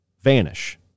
vanish